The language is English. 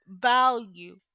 value